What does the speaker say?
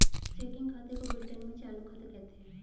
checking खाते को Britain में चालू खाता कहते हैं